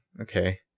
Okay